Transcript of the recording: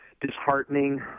disheartening